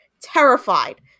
terrified